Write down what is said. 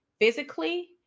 physically